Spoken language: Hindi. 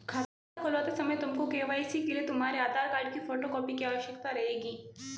खाता खुलवाते समय तुमको के.वाई.सी के लिए तुम्हारे आधार कार्ड की फोटो कॉपी की आवश्यकता रहेगी